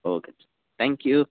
okay thank you